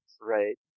Right